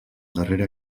darrera